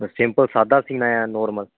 simple ਸਾਦਾ ਸੀਉਣਾ ਹੈ ਨੋਰਮਲ